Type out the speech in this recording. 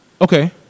Okay